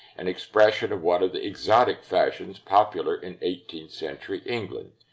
an expression of one of the exotic fashions popular in eighteenth century england.